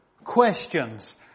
questions